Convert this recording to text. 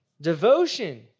Devotion